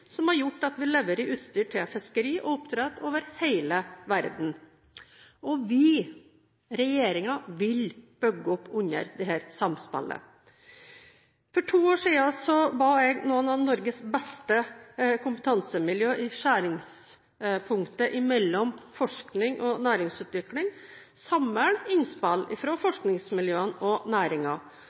som har gjort at vi leverer utstyr til fiskeri og oppdrett over hele verden, og vi – regjeringen – vil bygge opp under dette samspillet. For to år siden ba jeg noen av Norges beste kompetansemiljøer i skjæringspunktet mellom forskning og næringsutvikling samle innspill fra forskningsmiljøene og